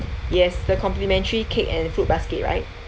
yes the complimentary cake and fruit basket right